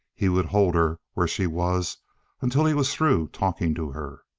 he would hold her where she was until he was through talking to her.